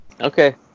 Okay